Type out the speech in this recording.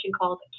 called